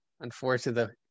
unfortunately